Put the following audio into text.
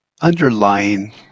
underlying